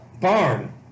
barn